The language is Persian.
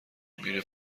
میره